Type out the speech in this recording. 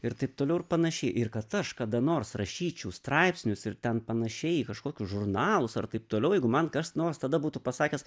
ir taip toliau ir panašiai ir kad aš kada nors rašyčiau straipsnius ir ten panašiai į kažkokius žurnalus ar taip toliau jeigu man kas nors tada būtų pasakęs